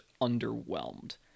underwhelmed